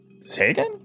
Sagan